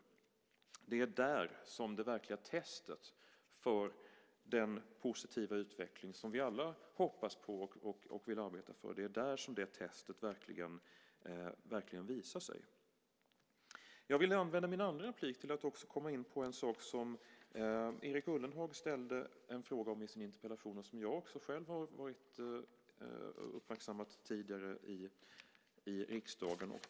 Där är det verkliga testet för den positiva utveckling som vi alla hoppas på och vill arbeta för. Det är där som resultatet verkligen visar sig. Jag vill använda min andra replik till att komma in på en sak som Erik Ullenhag ställde en fråga om i sin interpellation och som jag också själv har uppmärksammat tidigare i riksdagen.